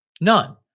None